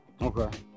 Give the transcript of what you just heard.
Okay